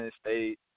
state